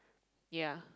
ya